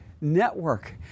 network